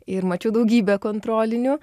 ir mačiau daugybę kontrolinių